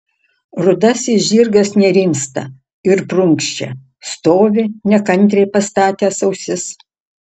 rudasis žirgas nerimsta ir prunkščia stovi nekantriai pastatęs ausis